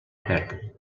perdre